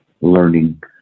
learning